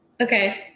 Okay